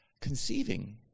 conceiving